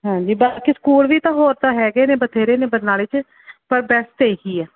ਹਾਂਜੀ ਬਾਕੀ ਸਕੂਲ ਵੀ ਤਾਂ ਹੋਰ ਤਾਂ ਹੈਗੇ ਨੇ ਬਥੇਰੇ ਨੇ ਬਰਨਾਲੇ 'ਚ ਪਰ ਬੈਸਟ ਇਹੀ ਹੈ